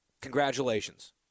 congratulations